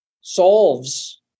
solves